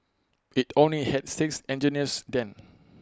IT only had six engineers then